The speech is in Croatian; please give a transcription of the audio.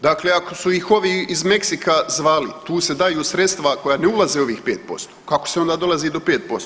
Dakle, ako su ih ovi iz Meksika zvali, tu se daju sredstva koja ne ulaze u ovih 5%, kako se onda dolazi do 5%